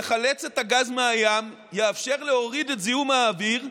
יחלץ את הגז מהים, יאפשר להוריד את זיהום האוויר.